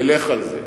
ולך על זה.